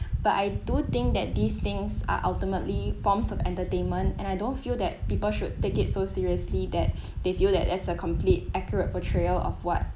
but I do think that these things are ultimately forms of entertainment and I don't feel that people should take it so seriously that they feel that's a complete accurate portrayal of what